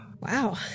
Wow